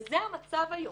וזה המצב היום.